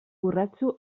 borratxo